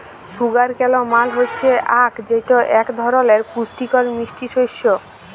sugar কেল মাল হচ্যে আখ যেটা এক ধরলের পুষ্টিকর মিষ্টি শস্য